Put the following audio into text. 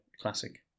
classic